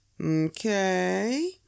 Okay